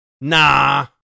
Nah